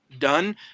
done